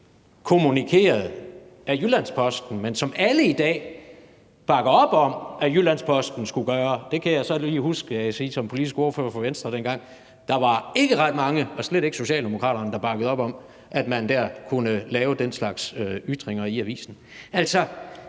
kommunikeret af Jyllands-Posten, men som alle i dag bakker op om at Jyllands-Posten skulle gøre? Der kan jeg så lige sige som politisk ordfører for Venstre dengang: Der var ikke ret mange, og slet ikke Socialdemokraterne, der bakkede op om, at man kunne lave den slags ytringer i avisen.